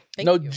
No